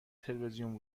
تلویزیون